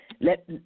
Let